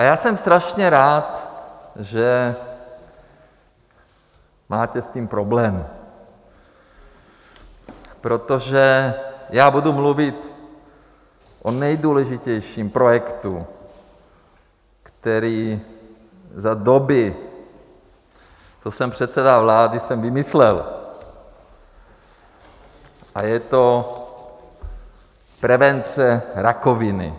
A já jsem strašně rád, že máte s tím problém, protože já budu mluvit o nejdůležitějším projektu, který za doby, co jsem předseda vlády, jsem vymyslel, a je to prevence rakoviny.